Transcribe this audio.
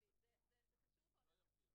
בכסלו התשע"ט,